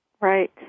Right